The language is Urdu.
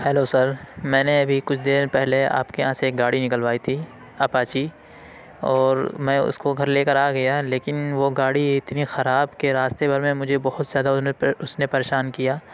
ہیلو سر میں نے ابھی کچھ دیر پہلے آپ کے یہاں سے ایک گاڑی نکلوائی تھی اپاچی اور میں اس کو گھر لے کر آ گیا لیکن وہ گاڑی اتنی خراب کہ راستے بھر میں مجھے بہت زیادہ اس نے پریشان کیا